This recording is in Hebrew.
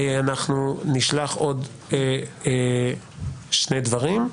אנחנו נשלח עוד שני דברים.